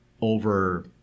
over